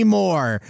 more